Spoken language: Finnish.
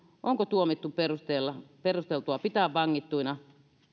onko tuomittu perusteltua pitää vangittuna